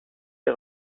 les